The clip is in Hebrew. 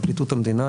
פרקליטות המדינה,